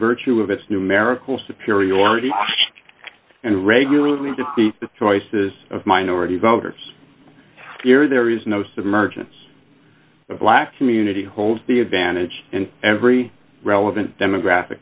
virtue of its numerical superiority and regularly defeat the choices of minority voters here there is no submergence the black community holds the advantage in every relevant demographic